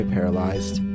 Paralyzed